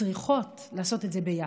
צריכות לעשות את זה ביחד.